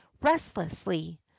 restlessly